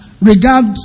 regard